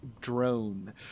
drone